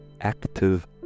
active